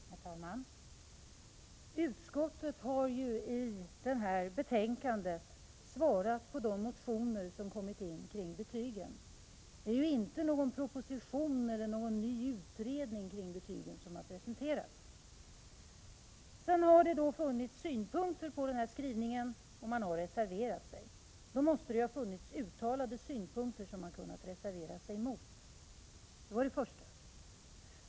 Herr talman! Utskottet har i det här betänkandet svarat på de motioner som har kommit in kring betygen. Det är inte någon proposition eller någon ny utredning kring betygen som har presenterats. Det har funnits synpunkter på skrivningen i betänkandet, och man har reserverat sig. Då måste det ju ha funnits uttalade synpunkter som man hade kunnat reservera sig mot.